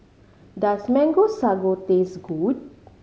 does Mango Sago taste good